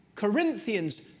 Corinthians